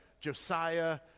Josiah